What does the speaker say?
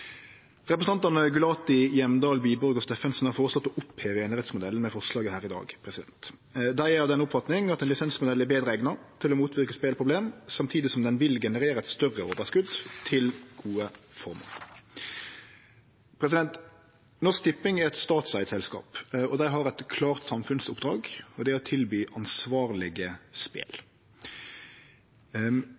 Representantane Gulati, Hjemdal, Wiborg og Steffensen har føreslått å oppheve einerettsmodellen med forslaget her i dag. Dei er av den oppfatning at ein lisensmodell er betre eigna til å motverke speleproblem, samtidig som han vil generere eit større overskot til gode formål. Norsk Tipping er eit statseigd selskap. Dei har eit klart samfunnsoppdrag, og det er å tilby ansvarlege spel.